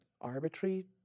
arbitrary